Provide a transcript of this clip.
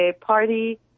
party